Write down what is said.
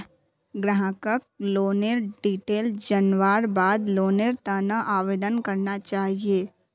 ग्राहकक लोनेर डिटेल जनवार बाद लोनेर त न आवेदन करना चाहिए